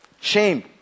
Shame